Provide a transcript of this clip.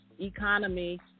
economy